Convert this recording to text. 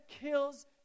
kills